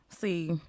See